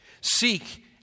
Seek